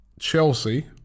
Chelsea